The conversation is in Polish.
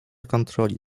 kontroli